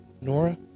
Nora